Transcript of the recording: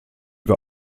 bei